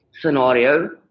scenario